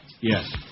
Yes